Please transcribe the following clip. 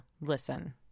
listen